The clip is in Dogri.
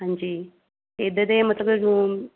हांजी इद्धर दे मतलब रूम